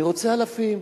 אני רוצה אלפים.